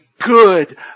good